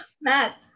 Matt